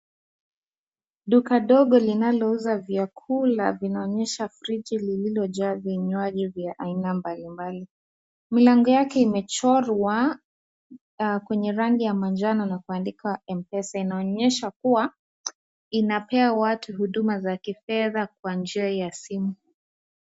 Duka ndogo linalouza vyakula vinaonyesha friji lililojaa vinywaji vya aina mbalimbali, milango yake imechorwa kwenye rangi ya manjano na kuandikwa M-PESA, inaonyesha kuwa inapea watu huduma za kifedha kwa njia ya simu.